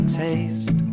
taste